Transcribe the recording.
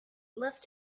left